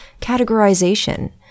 categorization